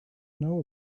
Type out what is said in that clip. know